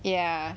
ya